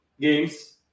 games